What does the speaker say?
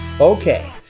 Okay